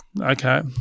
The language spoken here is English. okay